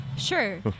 sure